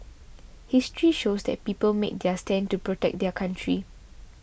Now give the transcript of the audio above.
history shows that people made their stand to protect their country